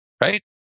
Right